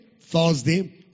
Thursday